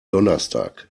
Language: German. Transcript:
donnerstag